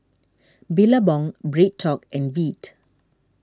Billabong BreadTalk and Veet